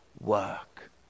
work